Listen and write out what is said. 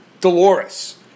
Dolores